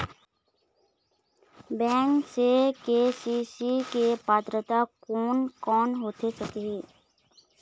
Bank से KCC के पात्रता कोन कौन होथे सकही?